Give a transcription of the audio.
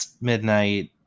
midnight